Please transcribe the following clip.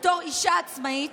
בתור אישה עצמאית,